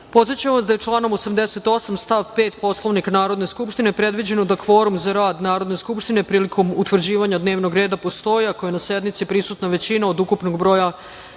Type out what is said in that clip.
vas da je članom 88. stav 5. Poslovnika Narodne skupštine predviđeno da kvorum za rad Narodne skupštine prilikom utvrđivanja dnevnog reda postoji ako je na sednici prisutna većina od ukupnog broja